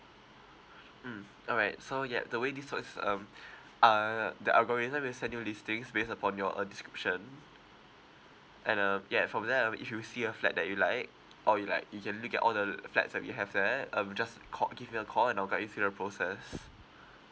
mm all right so ya the way this one is um uh the algorithm will send you listings based upon your uh description and um ya from that uh if you see a flat that you like or you like you can look at all the flats that we have there um just call give me a call and I'll guide you through the process